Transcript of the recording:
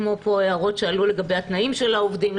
כמו ההערות שעלו פה לגבי התנאים של העובדים.